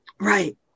Right